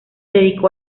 dedicó